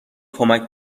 کمک